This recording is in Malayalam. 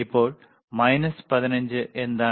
ഇപ്പോൾ മൈനസ് 15 എന്താണ്